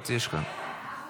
בבקשה, שלוש דקות.